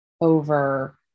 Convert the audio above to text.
over